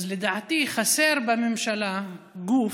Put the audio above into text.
אז לדעתי חסר בממשלה גוף,